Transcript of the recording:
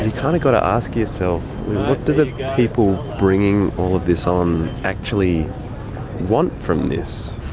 and kind of got to ask yourself what do the people bringing all of this on actually want from this?